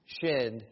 shed